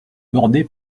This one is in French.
bordé